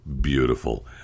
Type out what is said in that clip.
beautiful